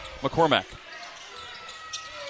McCormack